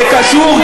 זה קשור,